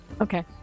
Okay